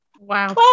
Wow